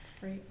Great